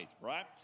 right